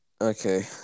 Okay